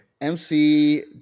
MC